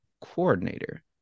coordinator